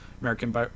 American